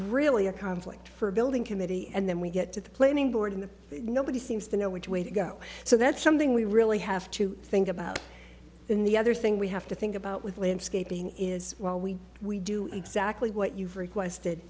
really a conflict for a building committee and then we get to the planning board and the nobody seems to know which way to go so that's something we really have to think about than the other thing we have to think about with landscaping is while we we do exactly what you've requested